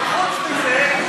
אבל חוץ מזה,